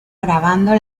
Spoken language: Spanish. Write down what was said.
grabando